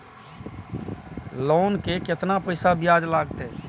Loan के केतना पैसा ब्याज लागते?